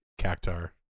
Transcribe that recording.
cactar